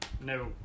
No